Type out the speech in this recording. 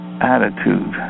attitude